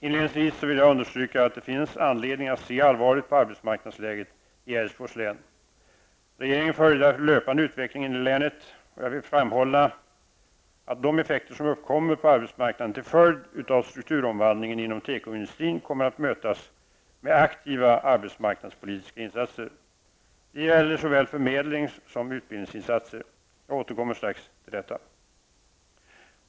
Inledningsvis vill jag understryka att det finns anledning att se allvarligt på arbetsmarknadsläget i Älvsborgs län. Regeringen följer därför löpande utvecklingen i länet. Jag vill framhålla att de effekter som uppkommer på arbetsmarknaden till följd av strukturomvandlingen inom tekoindustrin kommer att mötas med aktiva arbetsmarknadspolitiska insatser. Det gäller såväl förmedlings och utbildningsinsatser. Jag återkommer strax till detta.